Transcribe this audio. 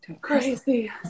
Crazy